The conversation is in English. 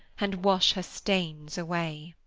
and wash her stains away.